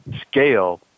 scale